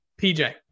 PJ